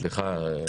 סליחה,